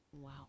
Wow